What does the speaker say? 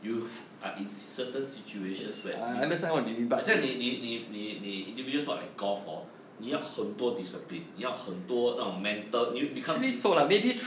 you are in s~ certain situations where n~ 好像你你你你你 individuals sports like golf hor 你要很多 discipline 你要很多那种 mental ne~ 你看